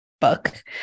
book